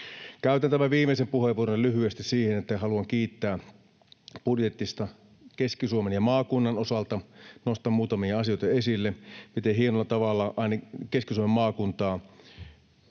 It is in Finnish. Käytän tämän viimeisen puheenvuoroni lyhyesti siihen, että haluan kiittää budjetista Keski-Suomen ja maakunnan osalta. Nostan esille muutamia asioita, miten hienolla tavalla Keski-Suomen maakuntaa